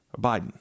Biden